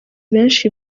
benshi